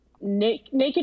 naked